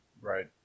Right